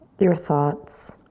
your thoughts.